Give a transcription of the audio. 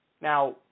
Now